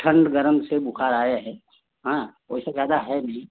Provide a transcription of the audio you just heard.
ठंड गरम से बुखार आया है हाँ वैसे ज़्यादा है नहीं